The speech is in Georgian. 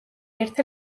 ერთ